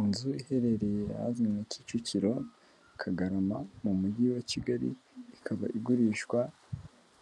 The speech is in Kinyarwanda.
Inzu iherereye ahazwi nka Kicukiro Kagarama mu mujyi wa Kigali, ikaba igurishwa